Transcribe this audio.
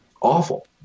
Awful